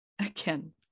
again